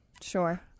Sure